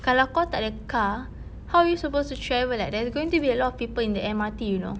kalau kau tak ada car how are you supposed to travel like there's going to be a lot of people in the M_R_T you know